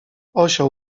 osioł